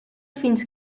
fins